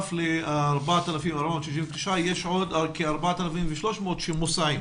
בנוסף ל-4,469 יש עוד כ-4,300 שמוסעים.